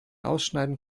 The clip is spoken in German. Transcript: ausschneiden